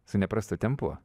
su neįprastu tempu